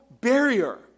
barrier